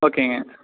ஓகேங்க